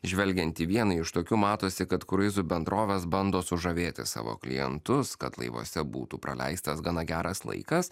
žvelgiant į vieną iš tokių matosi kad kruizų bendrovės bando sužavėti savo klientus kad laivuose būtų praleistas gana geras laikas